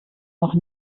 noch